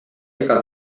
iga